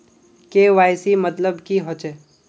KYC मतलब की होचए?